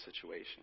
situation